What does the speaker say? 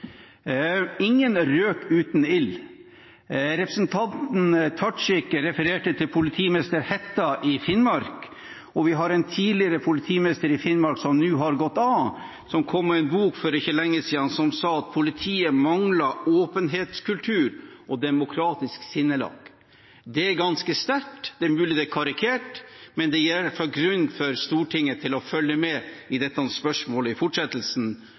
ingen røk uten ild. Representanten Tajik refererte til politimester Hætta i Finnmark. En tidligere politimester i Finnmark, som nå har gått av, kom med en bok for ikke lenge siden der han sier at politiet mangler åpenhetskultur og demokratisk sinnelag. Det er ganske sterkt. Det er mulig det er karikert, men det gir iallfall Stortinget grunn til å følge med i dette spørsmålet i fortsettelsen,